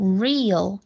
real